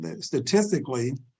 statistically